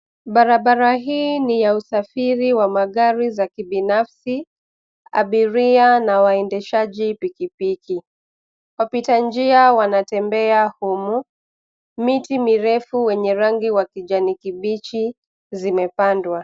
Barabara hii ni ya usafiri wa magari za kibinafsi, abiria na waendeshaji pikipiki, wapita njia wanatembea humu, miti mirefu wenye rangi wa kijani kibichi, zimepandwa.